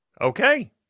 Okay